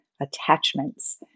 attachments